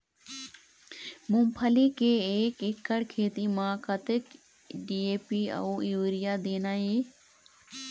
मूंगफली के एक एकड़ खेती म कतक डी.ए.पी अउ यूरिया देना ये?